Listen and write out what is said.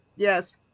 Yes